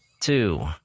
two